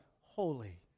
holy